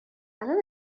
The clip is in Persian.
الان